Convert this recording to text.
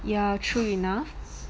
ya true enough